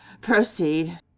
Proceed